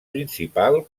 principal